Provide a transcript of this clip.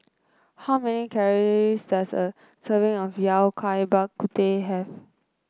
how many calories does a serving of Yao Cai Bak Kut Teh have